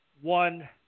One